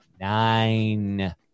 Nine